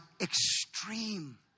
extreme